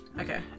Okay